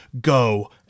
go